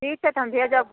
ठीक छै तहन भेजब